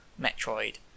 Metroid